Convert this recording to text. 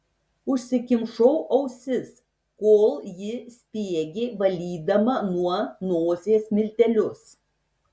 užsikimšau ausis kol ji spiegė valydama nuo nosies miltelius